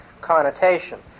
connotation